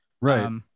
Right